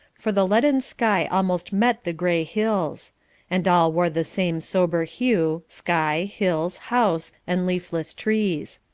for the leaden sky almost met the gray hills and all wore the same sober hue, sky, hills, house, and leafless trees.